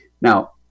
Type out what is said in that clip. Now